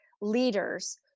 leaders